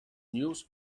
news